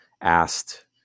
asked